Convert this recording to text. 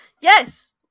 yes